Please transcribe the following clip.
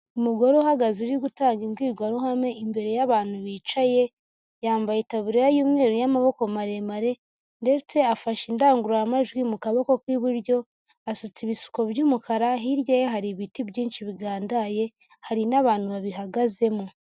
Umugore uhagaze uri gutanga imbwirwaruhame imbere y'abantu bicaye, yambaye itaburiya y'umweru y'amaboko maremare ndetse afashe indangururamajwi mu kaboko k'iburyo, asutse ibisuko by'umukara hirya ye hari ibiti byinshi bigandaye hari n'abantu babihagazemo.